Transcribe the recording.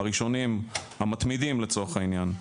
הראשונים, המתמידים לצורך העניין.